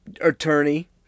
attorney